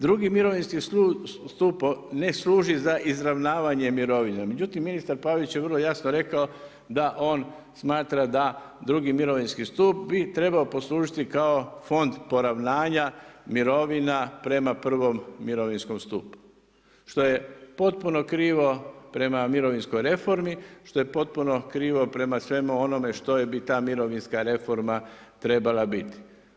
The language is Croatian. Drugi mirovinski stup ne služi za izravnavanje mirovina međutim ministar Pavić je vrlo jasno rekao da on smatra da drugi mirovinski stup bi trebao poslužiti kao fond poravnanja mirovina prema prvom mirovinskom stupu što je potpuno krivo prema mirovinskoj reformi, što je potpuno krivo prema svemu onome što bi ta mirovinska reforma trebala biti.